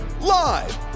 live